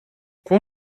quão